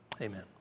Amen